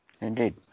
Indeed